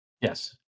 yes